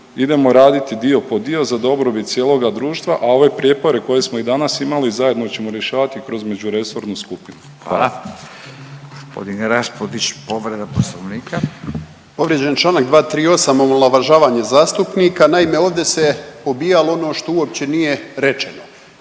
idemo raditi dio po dio za dobrobit cijeloga društva, a ove prijepore koje smo i danas imali, zajedno ćemo rješavati kroz međuresornu skupinu. Hvala.